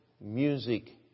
music